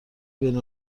بین